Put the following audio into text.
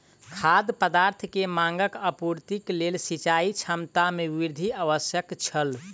खाद्य पदार्थ के मांगक आपूर्तिक लेल सिचाई क्षमता में वृद्धि आवश्यक छल